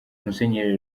musenyeri